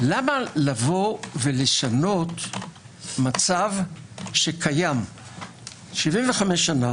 למה לבוא ולשנות מצב שקיים 75 שנה